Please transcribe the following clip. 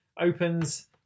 opens